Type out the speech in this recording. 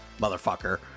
motherfucker